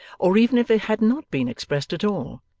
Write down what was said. or even if it had not been expressed at all.